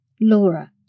Laura